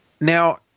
Now